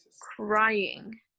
crying